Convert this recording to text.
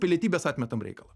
pilietybės atmetam reikalą